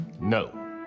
No